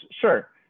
Sure